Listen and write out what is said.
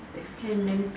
if can then